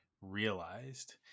realized